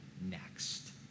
next